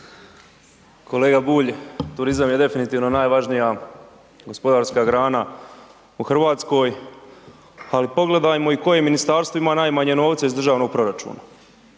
Kolega Bulj, turizam je definitivno najvažnija gospodarska grana u Hrvatskoj, ali pogledajmo i koje ministarstvo ima najmanje novca iz državnog proračuna,